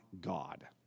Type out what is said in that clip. God